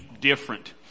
different